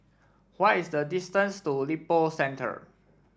why is the distance to Lippo Centre